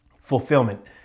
Fulfillment